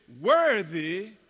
worthy